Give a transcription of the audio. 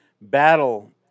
battle